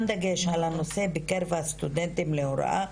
דגש על הנושא בקרב הסטודנטים להוראה,